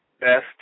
best